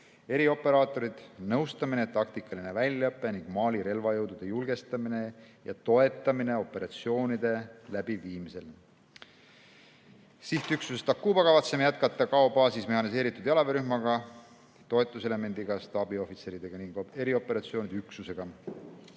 Erioperaatorid: nõustamine, taktikaline väljaõpe ning Mali relvajõudude julgestamine ja toetamine operatsioonide läbiviimisel. Sihtüksuses Takuba kavatseme jätkata Gao baasis mehhaniseeritud jalaväerühmaga, toetuselemendiga, staabiohvitseridega ning erioperatsioonide üksusega.